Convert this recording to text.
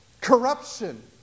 corruption